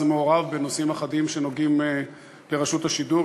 מעורב בנושאים אחדים שנוגעים ברשות השידור,